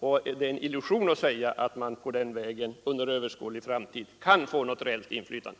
Det är en illusion att påstå att man annars på den vägen under överskådlig framtid kan få något rejält inflytande.